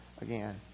again